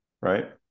right